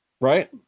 right